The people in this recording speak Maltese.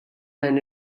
dan